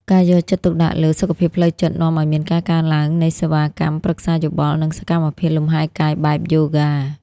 ការយកចិត្តទុកដាក់លើ "សុខភាពផ្លូវចិត្ត" នាំឱ្យមានការកើនឡើងនៃសេវាកម្មប្រឹក្សាយោបល់ និងសកម្មភាពលំហែកាយបែបយូហ្គា។